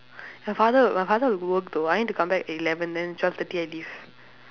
my father my father will go work though I need to come back at eleven then twelve thirty I leave